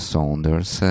Saunders